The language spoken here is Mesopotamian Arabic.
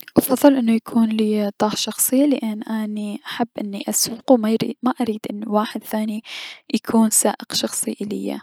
احب انو يكون ليا طاه شخصي لأن اني احب انو اسوق و ماحب انو واحد ثاني يكون سائق شخصي اليا.